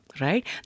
right